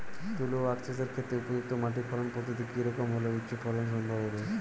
তুলো আঁখ চাষের ক্ষেত্রে উপযুক্ত মাটি ফলন পদ্ধতি কী রকম হলে উচ্চ ফলন সম্ভব হবে?